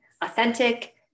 authentic